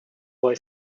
boy